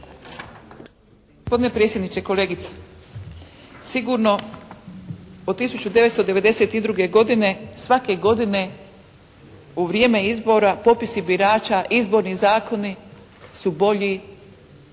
Gospodine predsjedniče, kolegice. Sigurno od 1992. godine svake godine u vrijeme izbora popisi birača, izborni zakoni su bolji